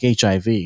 HIV